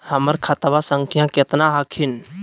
हमर खतवा संख्या केतना हखिन?